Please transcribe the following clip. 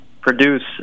produce